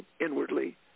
inwardly